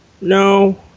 No